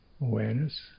awareness